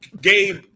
Gabe